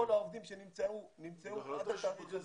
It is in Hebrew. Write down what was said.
העובדים שנמצאו עד התאריך הזה --- נו,